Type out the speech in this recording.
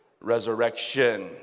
resurrection